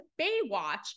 Baywatch